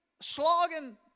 slogging